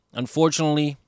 unfortunately